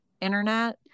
internet